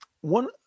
One